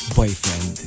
boyfriend